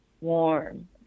warm